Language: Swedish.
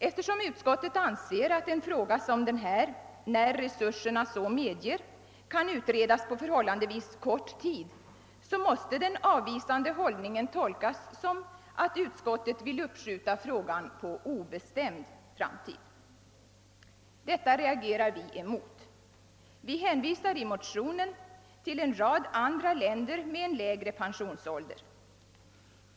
Eftersom utskottet anser att en fråga som denna när resurserna så medger kan utredas på förhållandevis kort tid, måste den vaga hållningen tolkas så att utskottet vill uppskjuta frågan till en obestämd framtid. Dettå reagerar vi emot. I vårt motionspar hänvisar vi till en rad andra länder, där man har lägre pensionsålder.